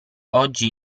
oggi